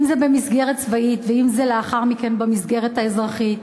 אם במסגרת צבאית ואם לאחר מכן במסגרת האזרחית.